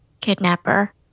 Kidnapper